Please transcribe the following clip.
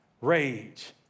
rage